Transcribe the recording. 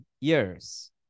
years